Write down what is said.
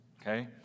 okay